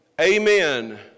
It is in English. Amen